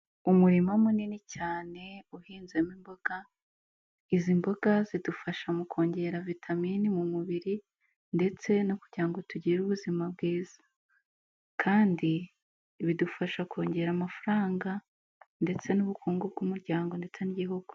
Umurima munini cyane uhinzemo imboga, izi mboga zidufasha mu kongera vitamine mu mubiri ndetse no kugira ngo tugire ubuzima bwiza kandi bidufasha kongera amafaranga ndetse n'ubukungu bw'umuryango ndetse n'igihugu.